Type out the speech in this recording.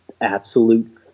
absolute